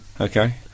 Okay